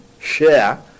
share